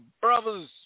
brothers